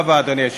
כל מילה.